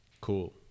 Cool